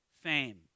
fame